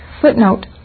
footnote